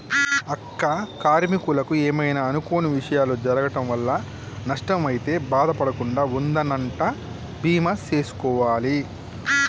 అక్క కార్మీకులకు ఏమైనా అనుకొని విషయాలు జరగటం వల్ల నష్టం అయితే బాధ పడకుండా ఉందనంటా బీమా సేసుకోవాలి